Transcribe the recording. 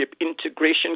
integration